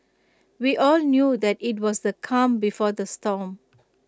we all knew that IT was the calm before the storm